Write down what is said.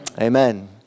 Amen